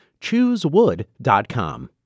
Choosewood.com